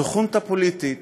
זו חונטה פוליטית